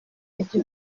ibyo